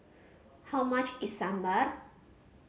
how much is Sambar